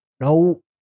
no